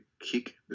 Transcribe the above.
kick